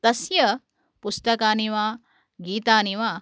तस्य पुस्तकानि वा गीतानि वा